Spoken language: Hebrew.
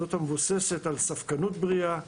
זאת המבוססת על ספקנות בריאה,